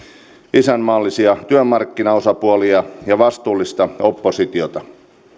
isänmaallisia työmarkkinaosapuolia ja vastuullista oppositiota